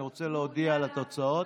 אני רוצה להודיע על התוצאות.